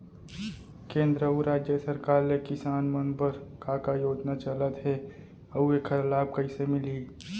केंद्र अऊ राज्य सरकार ले किसान मन बर का का योजना चलत हे अऊ एखर लाभ कइसे मिलही?